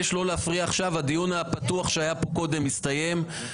הדיון הפתוח שהיה פה קודם הסתיים.